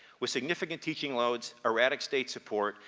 with significant teaching loads, erratic state support,